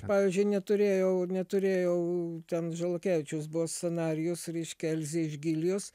pavyzdžiui neturėjau neturėjau ten žalakevičiaus buvo scenarijus reiškia elzė iš gilijos